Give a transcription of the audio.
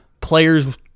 players